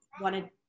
wanted